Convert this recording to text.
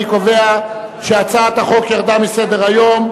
אני קובע שהצעת החוק ירדה מסדר-היום,